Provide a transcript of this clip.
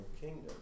kingdom